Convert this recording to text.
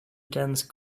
dense